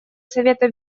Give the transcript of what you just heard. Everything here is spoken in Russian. совета